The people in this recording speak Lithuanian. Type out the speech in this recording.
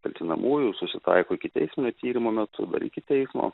kaltinamųjų susitaiko ikiteisminio tyrimo metu dar iki teismo